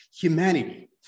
humanity